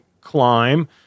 climb